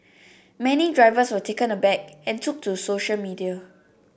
many drivers were taken aback and took to social media